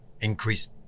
increased